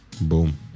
boom